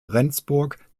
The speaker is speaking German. rendsburg